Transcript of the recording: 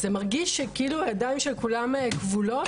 זה מרגיש שכאילו הידיים של כולם כבולות